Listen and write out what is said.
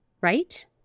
Right